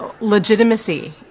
legitimacy